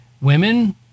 women